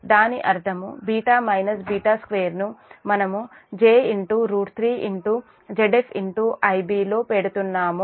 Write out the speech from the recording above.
దాని అర్థముβ β2 ను మనముj3 Zf Ib లో పెడుతున్నాము